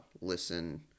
listen